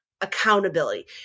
accountability